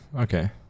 okay